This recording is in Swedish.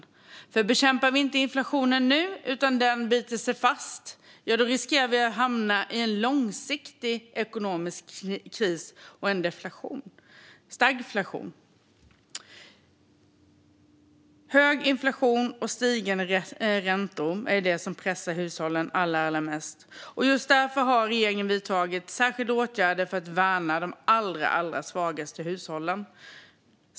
Om vi inte bekämpar inflationen nu utan den biter sig fast riskerar vi att hamna i en långsiktig ekonomisk kris och en stagflation. Hög inflation och stigande räntor är det som pressar hushållen allra mest. Regeringen har därför vidtagit särskilda åtgärder för att värna de allra svagaste hushållen.